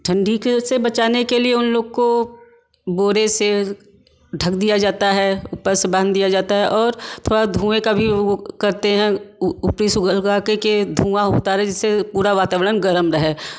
ठंडी के उससे बचाने के लिए उन लोग को बोरे से ढक दिया जाता है ऊपर से बाँध दिया जाता है और थोड़ा धुएँ का भी वो करते हैं सुलगा के कि धुआँ होता रहे जिससे पूरा वातावरण गर्म रहे